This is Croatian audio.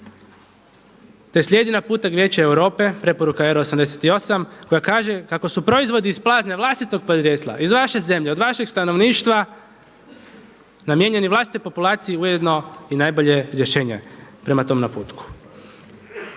te slijedi naputak Vijeća Europe, preporuka R88 koja kaže kako su proizvodi iz plazme vlastitog podrijetla iz vaše zemlje, od vašeg stanovništva namijenjeni vlastitoj populaciji, ujedno i najbolje rješenje prema tom naputku.